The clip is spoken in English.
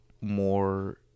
more